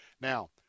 Now